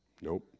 Nope